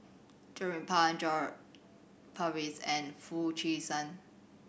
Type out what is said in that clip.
Jernnine Pang John Purvis and Foo Chee San